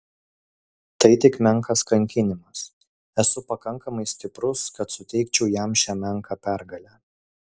tai tik menkas kankinimas esu pakankamai stiprus kad suteikčiau jam šią menką pergalę